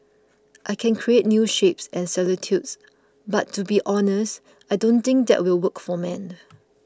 I can create new shapes and silhouettes but to be honest I don't think that will work for men